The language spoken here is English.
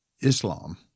Islam